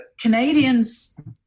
canadians